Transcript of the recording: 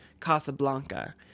Casablanca